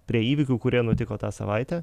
prie įvykių kurie nutiko tą savaitę